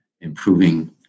improving